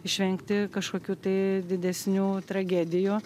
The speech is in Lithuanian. išvengti kažkokių tai didesnių tragedijų